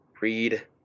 read